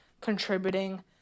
contributing